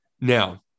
Now